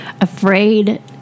afraid